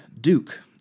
Duke